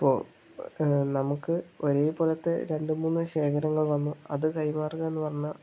ഇപ്പോ നമുക്ക് ഒരേ പോലത്തെ രണ്ടുമൂന്ന് ശേഖരങ്ങൾ വന്നു അത് കൈമാറുക എന്ന് പറഞ്ഞാൽ